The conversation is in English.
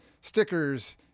stickers